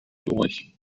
durch